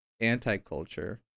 anti-culture